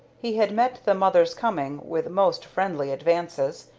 he had met the mother's coming with most friendly advances,